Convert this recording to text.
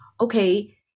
okay